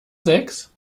sechs